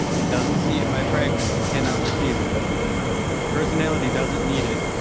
it doesn't see it by fragments and cannot perceive it. the personality doesn't need it.